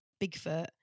Bigfoot